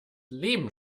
leben